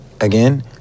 Again